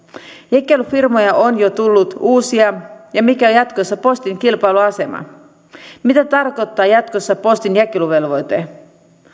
jakelufirmoja on jo tullut uusia mikä on jatkossa postin kilpailuasema mitä tarkoittaa jatkossa postinjakeluvelvoite